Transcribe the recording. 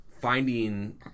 finding